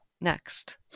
next